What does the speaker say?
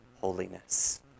holiness